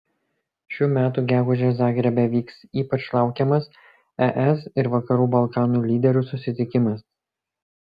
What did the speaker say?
šių metų gegužę zagrebe vyks ypač laukiamas es ir vakarų balkanų lyderių susitikimas